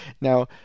Now